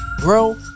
grow